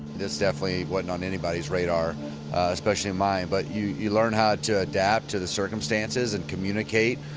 this definitely wasn't on anybody's radar especially mine. but you you learn how to adapt to the circumstances, and communicate,